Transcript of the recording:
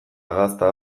gazta